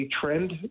trend